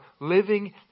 living